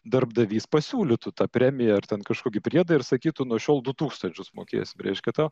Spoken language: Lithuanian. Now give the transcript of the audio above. darbdavys pasiūlytų tą premiją ar ten kažkokį priedą ir sakytų nuo šiol du tūkstančius mokėsim reiškia tau